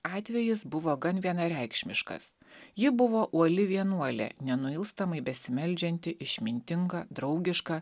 atvejis buvo gan vienareikšmiškas ji buvo uoli vienuolė nenuilstamai besimeldžianti išmintinga draugiška